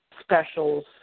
specials